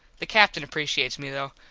the captin appresheates me though.